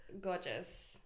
gorgeous